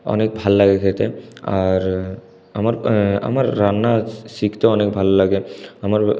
অনেক ভাল লাগে খেতে আর আমার আমার রান্না শিখতে অনেক ভাল লাগে আমার